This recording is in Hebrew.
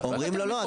אומרים לו: לא,